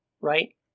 right